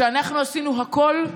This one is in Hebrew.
שאנחנו עשינו הכול,